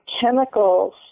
chemicals